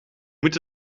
moet